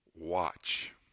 watch